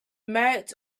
merit